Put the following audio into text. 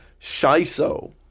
Shiso